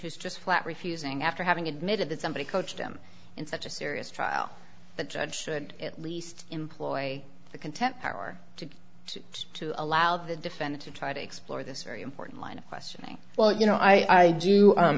who's just flat refusing after having admitted that somebody coached him in such a serious trial the judge should at least employ the contempt power to to allow the defendant to try to explore this very important line of questioning well you know i do